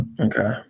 Okay